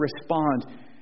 respond